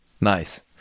Nice